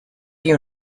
you